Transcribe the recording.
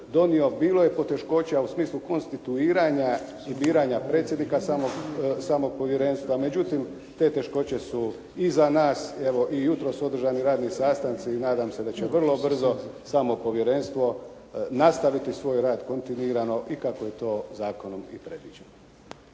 donio. Bilo je poteškoća u smislu konstituiranja i biranja predsjednika samog povjerenstva, međutim te teškoće su iza nas. Evo i jutros održani radni sastanci i nadam se da će vrlo brzo samo povjerenstvo nastaviti svoj rad kontinuirano i kako je to zakonom i predviđeno.